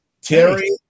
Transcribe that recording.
Terry